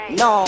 no